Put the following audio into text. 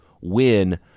win